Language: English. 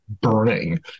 burning